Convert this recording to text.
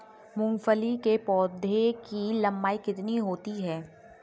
मूंगफली के पौधे की लंबाई कितनी होती है?